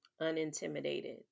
Unintimidated